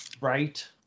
Right